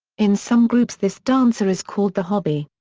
in some groups this dancer is called the hobby.